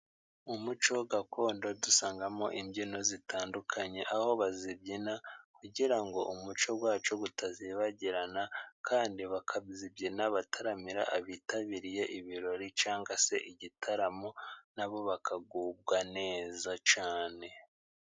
Umuco gakondo dusangamo imbyino zitandukanye, aho bazibyina kugira ngo umuco wacu utazibagirana kandi bakazibyina bataramira abitabiriye ibirori, cyangwa se igitaramo na bo bakagubwa neza cyane.